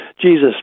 Jesus